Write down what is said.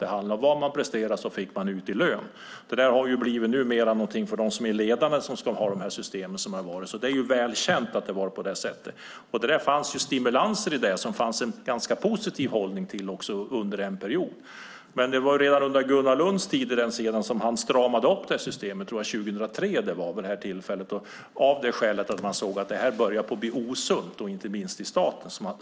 Det handlade om att det man presterade fick man ut i lön. Detta har numera blivit någonting för dem som är ledande; det är de som ska ha dessa system. Det är välkänt att det har varit på det sättet. Det fanns stimulanser i det här, och det fanns också en ganska positiv hållning till detta under en period. Men redan under Gunnar Lunds tid stramade han upp systemet. Jag tror att det var 2003. Det gjordes av skälet att man såg att det hela började bli osunt, inte minst i staten.